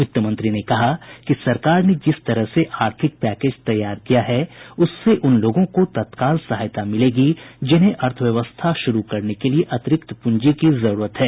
वित्तमंत्री ने कहा कि सरकार ने जिस तरह से आर्थिक पैकेज तैयार किया है उससे उन लोगों को तत्काल सहायता मिलेगी जिन्हें अर्थव्यवस्था शुरू करने के लिए अतिरिक्त पूंजी की जरूरत है